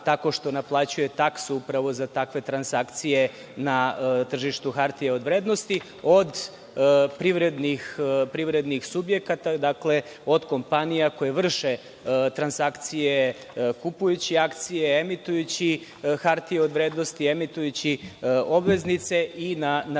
tako što naplaćuje taksu upravo za takve transakcije na tržištu hartija od vrednosti od privrednih subjekata. Dakle, od kompanija koje vrše transakcije kupujući akcije, emitujući hartije od vrednosti, emitujući obveznice i na taj